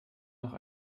noch